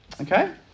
Okay